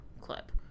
clip